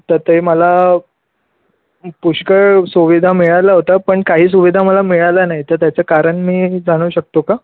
तर ते मला पुष्कळ सुविधा मिळाल्या होत्या पण काही सुविधा मला मिळाल्या नाही तर त्याचं कारण मी जाणू शकतो का